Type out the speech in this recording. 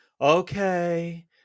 okay